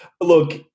Look